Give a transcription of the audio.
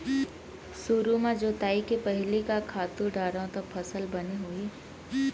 सुरु म जोताई के पहिली का खातू डारव त फसल बने होही?